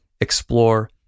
explore